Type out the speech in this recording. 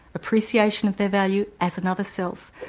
appreciation of their value as another self,